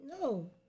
No